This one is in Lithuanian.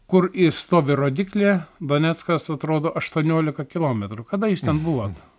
kur i stovi rodyklė doneckas atrodo aštuoniolika kilometrų kada jūs ten buvot